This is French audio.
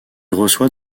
reçoit